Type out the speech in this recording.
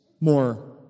more